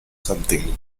something